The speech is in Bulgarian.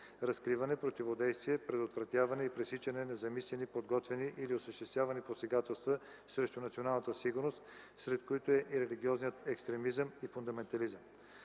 разкриване, противодействие, предотвратяване и пресичане на замислени, подготвени или осъществявани посегателства срещу националната сигурност, сред които е и религиозният екстремизъм и фундаментализъм.